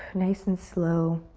nice and slow.